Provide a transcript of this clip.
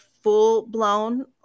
full-blown